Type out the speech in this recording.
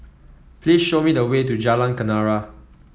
please show me the way to Jalan Kenarah